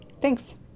Thanks